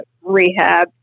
rehab